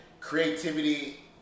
creativity